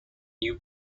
new